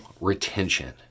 retention